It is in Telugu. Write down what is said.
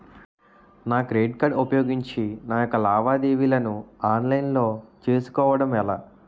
నా క్రెడిట్ కార్డ్ ఉపయోగించి నా యెక్క లావాదేవీలను ఆన్లైన్ లో చేసుకోవడం ఎలా?